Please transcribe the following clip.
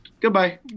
Goodbye